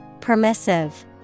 Permissive